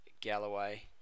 Galloway